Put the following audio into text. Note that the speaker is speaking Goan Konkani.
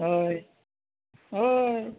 हय हय